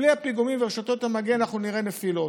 בלי הפיגומים ורשתות המגן אנחנו נראה נפילות.